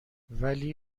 ولی